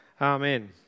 Amen